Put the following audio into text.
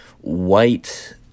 white